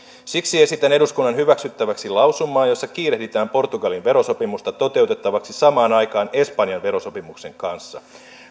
siksi esitän eduskunnan hyväksyttäväksi lausumaa jossa kiirehditään portugalin verosopimusta toteuttavaksi samaan aikaan espanjan verosopimuksen kanssa